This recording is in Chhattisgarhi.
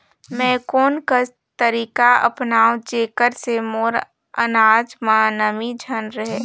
मैं कोन कस तरीका अपनाओं जेकर से मोर अनाज म नमी झन रहे?